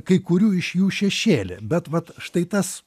kai kurių iš jų šešėlį bet vat štai tas